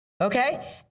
Okay